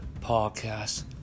Podcast